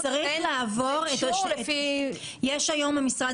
היום במשרד